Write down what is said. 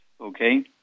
okay